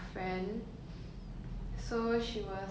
like we were on snapchat then 我们就是